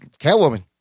Catwoman